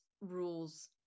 rules